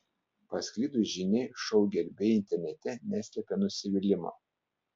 pasklidus žiniai šou gerbėjai internete neslepia nusivylimo